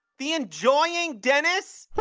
the enjoying dennis?